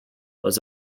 was